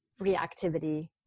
reactivity